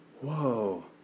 whoa